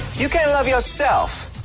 you can't love yourself.